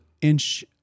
inch